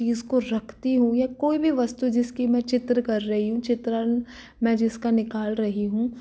चीज़ को रखती हूँ या कोई भी वस्तु जिसकी मैं चित्र कर रही हूँ चित्रण मैं जिसका निकाल रही हूँ